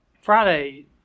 Friday